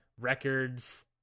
records